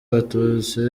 abatutsi